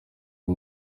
ari